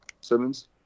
simmons